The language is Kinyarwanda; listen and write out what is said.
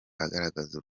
agaragaza